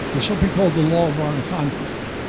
there's something called the law of armed conflict,